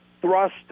thrust